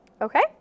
Okay